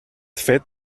fet